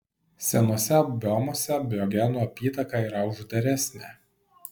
senuose biomuose biogenų apytaka yra uždaresnė